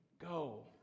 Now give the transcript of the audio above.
go